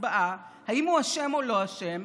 הצבעה אם הוא אשם או לא אשם,